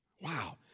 Wow